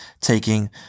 taking